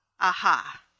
aha